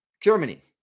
Germany